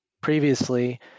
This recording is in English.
previously